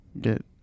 get